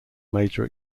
major